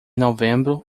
novembro